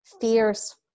Fierce